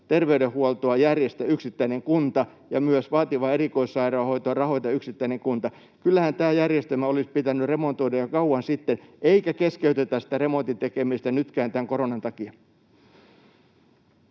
terveydenhuoltoa järjestä yksittäinen kunta ja myös vaativaa erikoissairaanhoitoa rahoita yksittäinen kunta. Kyllähän tämä järjestelmä olisi pitänyt remontoida jo kauan sitten, eikä keskeytetä sitä remontin tekemistä nytkään tämän koronan takia.